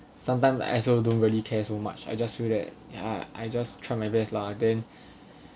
sometimes I also don't really care so much I just feel that ya I just try my best lah then